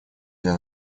для